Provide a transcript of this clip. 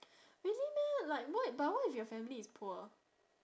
really meh like what but what if your family is poor